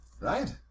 Right